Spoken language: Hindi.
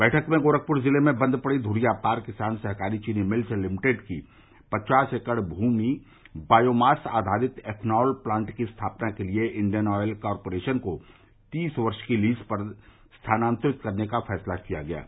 बैठक में गोरखपुर जिले में बंद पड़ी धुरियापार किसान सहकारी चीनी मिल्स लिमिटेड की पचास एकड़ भूमि बायोमास आधारित एथनॉल प्लांट की स्थापना के लिए इंडियन ऑयल कारपोरेशन को तीस वर्ष की लीज़ पर स्थानान्तरित करने का फैसला किया गया है